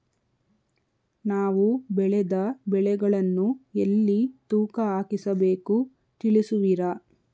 ನಾವು ಬೆಳೆದ ಬೆಳೆಗಳನ್ನು ಎಲ್ಲಿ ತೂಕ ಹಾಕಿಸಬೇಕು ತಿಳಿಸುವಿರಾ?